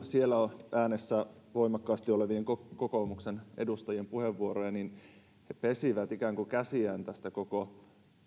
siellä äänessä voimakkaasti olevien kokoomuksen edustajien puheenvuoroja niin he ikään kuin pesivät käsiään tästä koko